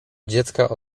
dziecka